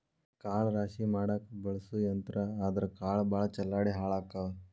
ಕಾಳ ರಾಶಿ ಮಾಡಾಕ ಬಳಸು ಯಂತ್ರಾ ಆದರಾ ಕಾಳ ಭಾಳ ಚಲ್ಲಾಡಿ ಹಾಳಕ್ಕಾವ